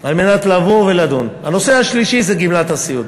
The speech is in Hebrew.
אלא על מנת לבוא ולדון, זה גמלת הסיעוד.